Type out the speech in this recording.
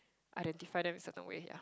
identify them in certain way sia